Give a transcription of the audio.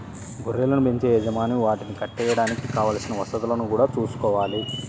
గొర్రెలను బెంచే యజమాని వాటిని కట్టేయడానికి కావలసిన వసతులను గూడా చూసుకోవాలి